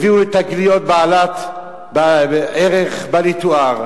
הביאו לתגליות בעלות ערך בל יתואר.